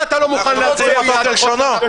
גם תסביר לי איך זה נותן מענה --- הילה,